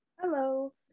hello